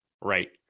Right